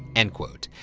end quote.